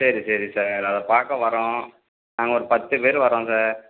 சரி சரி சார் அதை பார்க்க வரோம் நாங்கள் ஒரு பத்து பேரு வரோம் சார்